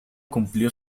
cumplió